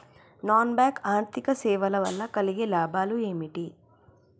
Non bank ఆర్థిక సేవల వల్ల కలిగే లాభాలు ఏమిటి?